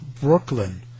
Brooklyn